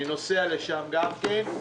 אני נוסע לשם גם כן.